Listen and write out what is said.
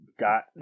got